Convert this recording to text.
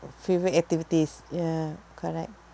favourite activities ya correct